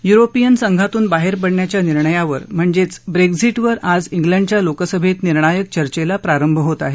European संघातून बाहेर पडण्याच्या निर्णयावर म्हणजेच ब्रेक्झिटवर आज फ्रिंडच्या लोकसभेत निर्णायक चर्चेला प्रारंभ होत आहे